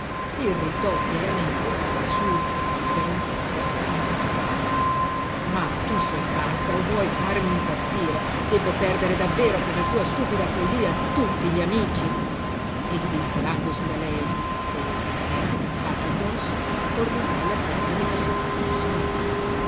lei s'irritò fieramente all'assurda perentoria intimazione ma tu sei pazza o vuoi farmi impazzire debbo perdere davvero per la tua stupida follia tutti gli amici e divincolandosi da lei che gli s'era aggrappata addosso ordinò alla serva di far passare il signore